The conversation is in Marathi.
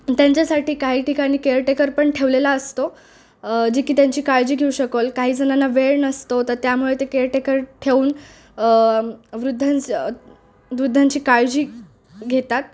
त्यांच्यासाठी काही ठिकाणी केअरटेकर पण ठेवलेला असतो जे की त्यांची काळजी घेऊ शकल काही जणंना वेळ नसतो तर त्यामुळे ते केअरटेकर ठेऊन वृद्धांस वृद्धांची काळजी घेतात